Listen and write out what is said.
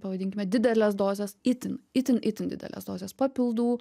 pavadinkime dideles dozes itin itin itin dideles dozes papildų